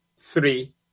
three